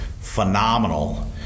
phenomenal